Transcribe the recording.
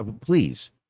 please